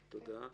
תודה.